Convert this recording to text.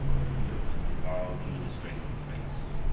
he looked the wild leader straight in the face.